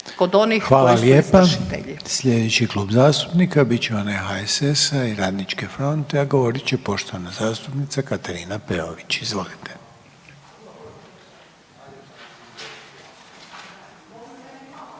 Željko (HDZ)** Slijedeći klub zastupnika bit će onaj HSS i Radničke fronte, a govorit će poštovana zastupnica Katarina Peović. Izvolite.